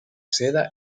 seda